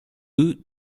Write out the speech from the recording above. signifie